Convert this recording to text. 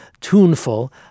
tuneful